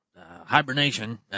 Hibernation